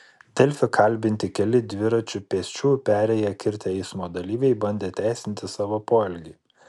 delfi kalbinti keli dviračiu pėsčiųjų perėją kirtę eismo dalyviai bandė teisinti savo poelgį